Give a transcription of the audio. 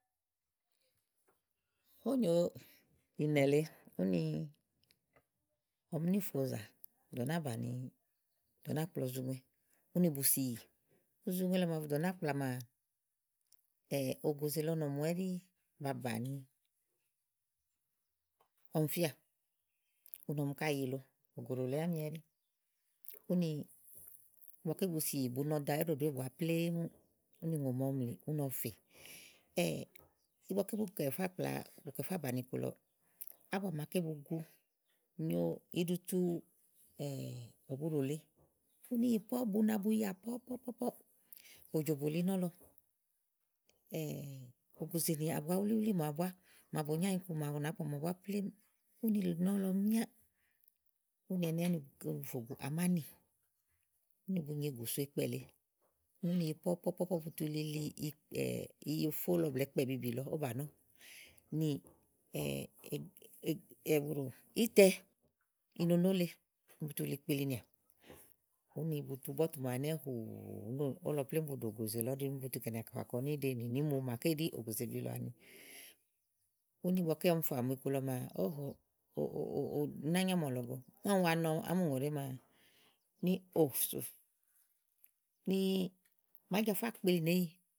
̈óẃò nyo ìnɛ̀ le úni ɔm níìfo zà dò náa bàni, dó náa kpla uzuŋue, úni bu si ìyì. Uzuŋue lɔ mà bu dò náa kpla maa ògòzè lɔ mɔɔ̀mù ɛɖí bami bàni ɔm fíà úni ɔm ka yilo ògòɖò lèe ámi ɛɖí. ún ígbɔ ké bu si ìyi bu nɔ danyo éɖóɖóè bua plém, úni òŋò màa ɔmli úni ɔ fè, igbɔ ké bu kɛ̀ kpla, bu kɛ̀ fáà bàni iku lɔ ábua màa ké bu gu nyo iɖutu ɛ̀buɖò úni yi pɔ̀ɔ buna yià pɔ̀pɔ̀pɔ̀ òjòbo lìi nɔ̀lɔ ògòzè nábua wúlíwúlí màawu bùá màa bo nyo ányi ku màawu nàbua màawu búá plém úni lii nɔlɔ míá, úni ɛnɛ́ bu fó gu amání úni bu nyo égù so ikpɛ lèe uni yi pɔ̀pɔ̀pɔ̀ bu tu lili iyofó lɔ blɛ̀ɛ ikpɛ bìiìbì lɔ ówó bà nɔ nì ìtɛìnonó bu tu li kpeli nìà úni butu bɔ́tù màawu ɛnɛ́ nùù úni ówó lɔ plém bu ɖò ògòzè lɔ ɔ́ɖi úni bu tu fà kɔ níɖe nì nímo màa kéɖí ògòzebi lɔ àni. úni ígbɔ ke ɔm fà mù iku lɔ maa óò no óoo, ùú nɛ ányi ámɔ̀ lɔ go úni ɔm wa nɔ, ámi ùŋòɖèé maa, ni ò sùù ni màa ajafa kpèli nìéyi.